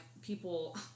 People